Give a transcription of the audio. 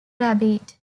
rabbit